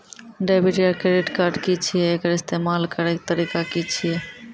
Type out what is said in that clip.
Debit या credit card की छियै? एकर इस्तेमाल करैक तरीका की छियै?